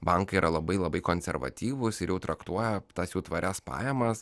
bankai yra labai labai konservatyvūs ir jau traktuoja tas jau tvarias pajamas